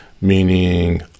meaning